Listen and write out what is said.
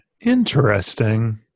Interesting